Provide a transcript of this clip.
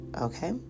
Okay